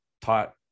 taught